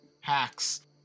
Hacks